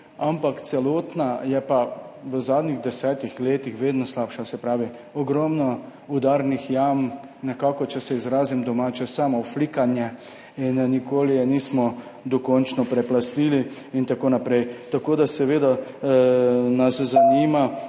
ampak celotna je pa v zadnjih 10 letih vedno slabša, se pravi, ogromno udarnih jam, če se izrazim po domače, samo flikanje. Nikoli je nismo dokončno preplastili in tako naprej. Seveda nas zanima: